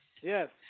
Yes